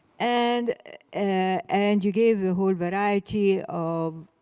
and and you gave a whole variety of